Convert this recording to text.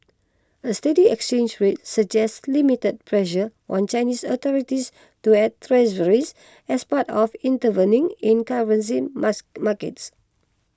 a steady exchange rate suggests limited pressure on Chinese authorities to add treasuries as part of intervening in currency mass markets